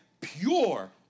pure